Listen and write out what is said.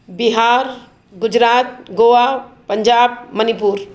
Bihar Gujarat Goa Punjab Manipur